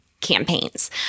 campaigns